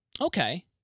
Okay